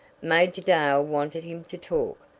major dale wanted him to talk,